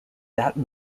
that